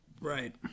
Right